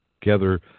together